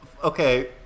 Okay